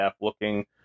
looking